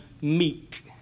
meek